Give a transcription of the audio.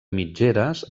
mitgeres